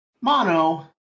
Mono